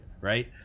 right